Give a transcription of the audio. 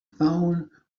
found